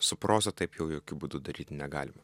su proza taip jau jokiu būdu daryti negalima